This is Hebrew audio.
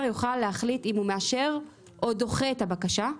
יוכל להחליט אם הוא מאשר או דוחה את הבקשה,